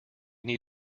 need